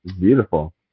beautiful